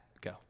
Go